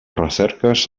recerques